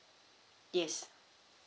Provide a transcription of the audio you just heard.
yes